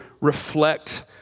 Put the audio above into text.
reflect